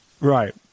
Right